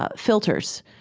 ah filters.